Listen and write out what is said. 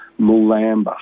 Mulamba